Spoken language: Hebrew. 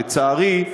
לצערי,